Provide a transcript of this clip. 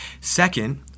Second